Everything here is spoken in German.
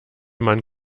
man